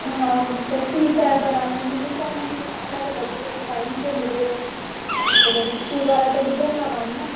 हा उहो त ठीकु आहे पर हाणे युनिफॉम जी ॻाल्हि आहे त लॻे थो की टाइम ते मिले बसि छो त वरी स्कूल वारा त ॿुधंदा कोन न